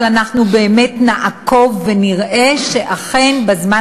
אבל אנחנו באמת נעקוב ונראה שאכן בזמן